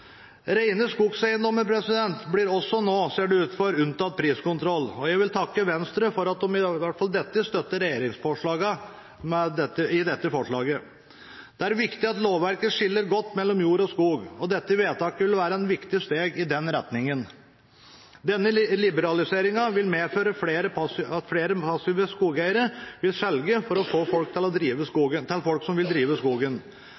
Rene skogeiendommer blir også nå, ser det ut for, unntatt priskontroll, og jeg vil takke Venstre for at de i hvert fall i dette støtter regjeringens forslag. Det er viktig at lovverket skiller godt mellom jord og skog, og dette vedtaket vil være et viktig steg i den retningen. Denne liberaliseringen vil medføre at flere passive skogeiere vil selge til folk som vil drive skogen. Dermed får industrien mer trevirke å jobbe med, og dette er viktig med hensyn til